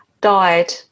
died